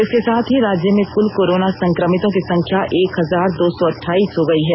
इसके साथ ही राज्य में कुल कोरोना संक्रमितों की संख्या एक हजार दो सौ अठाईस हो गई है